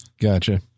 Gotcha